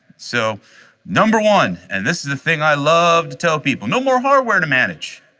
so number one, and this is the thing i loved to people, no more hardware to manage.